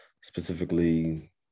Specifically